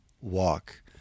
walk